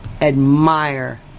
admire